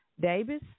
Davis